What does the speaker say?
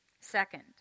Second